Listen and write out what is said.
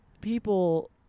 people